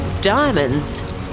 Diamonds